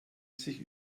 sich